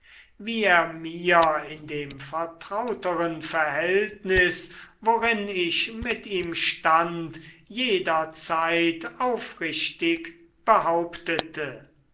wie er mir in dem vertrauteren verhältnis worin ich mit ihm stand jederzeit aufrichtig behauptete